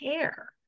care